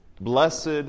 Blessed